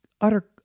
utter